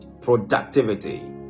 productivity